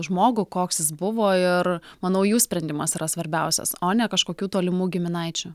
žmogų koks jis buvo ir manau jų sprendimas yra svarbiausias o ne kažkokių tolimų giminaičių